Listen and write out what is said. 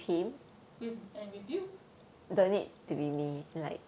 with and with you